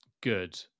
good